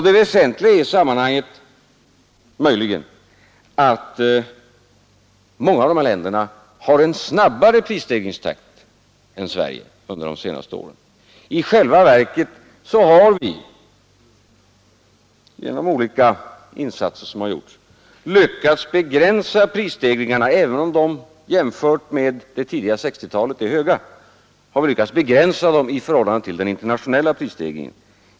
Det väsentliga i det här sammanhanget är att många av de här länderna har haft en snabbare prisstegringstakt än Sverige under de senaste åren. I själva verket har vi genom olika insatser lyckats begränsa prisstegringarna i förhållande till den internationella prisstegringen även om de jämfört med det tidiga 1960-talet är höga.